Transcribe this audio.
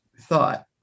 thought